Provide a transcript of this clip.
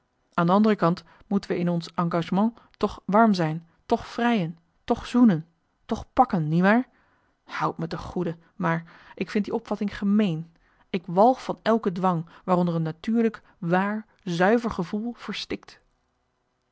aan de andere kant moeten we in ons engagement toch warm zijn toch vrijen toch zoenen toch pakken niewaar houd t me ten goede maar ik vind die opvatting gemeen ik walg van elke dwang waaronder een natuurlijk waar zuiver gevoel verstikt